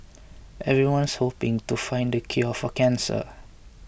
everyone's hoping to find the cure for cancer